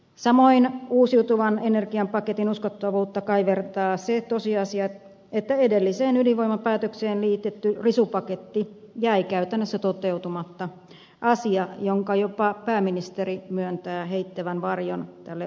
samoin uusiutuvan energian paketin uskottavuutta kaivertaa se tosiasia että edelliseen ydinvoimapäätökseen liitetty risupaketti jäi käytännössä toteutumatta asia jonka jopa pääministeri myöntää heittävän varjon tälle uudelle ratkaisulle